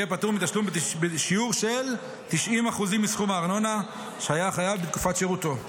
יהיה פטור מתשלום בשיעור של 90% מסכום הארנונה שהיה חייב בתקופת שירותו.